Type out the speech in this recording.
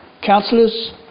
Councillors